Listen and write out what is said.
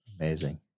Amazing